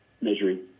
measuring